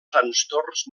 trastorns